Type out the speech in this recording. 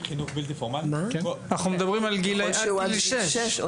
אנחנו מדברים עד גיל שש.